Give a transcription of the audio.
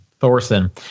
Thorson